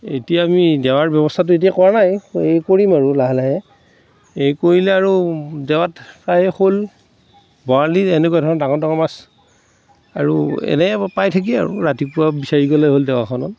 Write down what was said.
এতিয়া আমি দেৱাৰ ব্যৱস্থাটো এতিয়া কৰা নাই এই কৰিম আৰু লাহে লাহে এই কৰিলে আৰু দেৱাত প্ৰায় শ'ল বৰালি এনেকুৱা ধৰণৰ ডাঙৰ ডাঙৰ মাছ আৰু এনেও পাই থাকি আৰু ৰাতিপুৱা বিচাৰি গ'লেই হ'ল দেৱাখনত